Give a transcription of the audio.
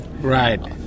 Right